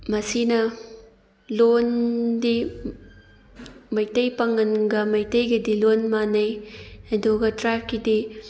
ꯃꯁꯤꯅ ꯂꯣꯟꯗꯤ ꯃꯩꯇꯩ ꯄꯥꯡꯉꯜꯒ ꯃꯩꯇꯩꯒꯗꯤ ꯂꯣꯟ ꯃꯥꯟꯅꯩ ꯑꯗꯨꯒ ꯇ꯭ꯔꯥꯏꯞꯀꯤꯗꯤ